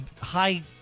high